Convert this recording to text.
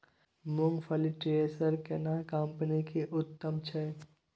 मूंगफली थ्रेसर केना कम्पनी के उत्तम छै?